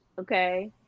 okay